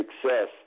success